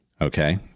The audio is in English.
Okay